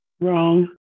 wrong